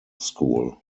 school